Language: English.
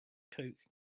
coke